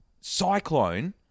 Cyclone